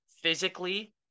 physically